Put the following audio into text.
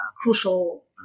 crucial